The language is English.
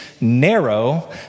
narrow